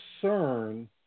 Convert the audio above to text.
concern